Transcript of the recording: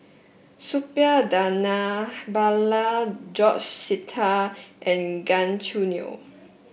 Suppiah Dhanabalan George Sita and Gan Choo Neo